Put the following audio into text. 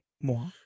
moi